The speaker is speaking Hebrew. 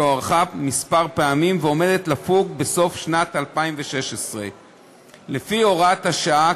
שהוארכה פעמים מספר ועומדת לפוג בסוף שנת 2016. לפי הוראת השעה,